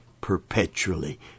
perpetually